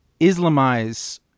Islamize